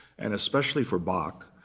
and especially for bach,